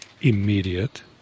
immediate